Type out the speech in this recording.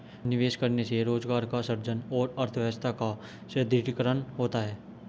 निवेश करने से रोजगार का सृजन और अर्थव्यवस्था का सुदृढ़ीकरण होता है